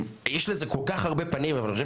יש לזה כל כך הרבה פנים אבל אני חושב